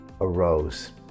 arose